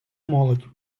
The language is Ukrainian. молодь